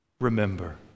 Remember